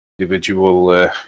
individual